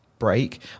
Break